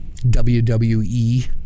wwe